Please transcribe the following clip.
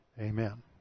Amen